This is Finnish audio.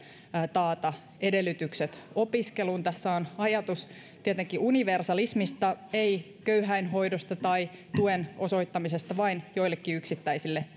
taata edellytykset opiskeluun tässä on ajatus tietenkin universalismista ei köyhäinhoidosta tai tuen osoittamisesta vain joillekin yksittäisille